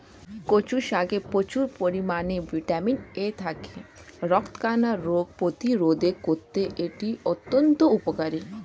কচু শাকে প্রচুর পরিমাণে ভিটামিন এ থাকায় রাতকানা রোগ প্রতিরোধে করতে এটি অত্যন্ত উপকারী